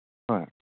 ꯍꯣꯏ